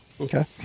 Okay